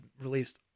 released